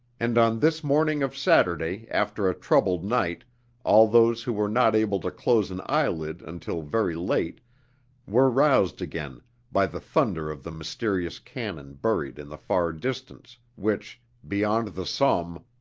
and on this morning of saturday after a troubled night all those who were not able to close an eyelid until very late were roused again by the thunder of the mysterious cannon buried in the far distance, which, beyond the somme,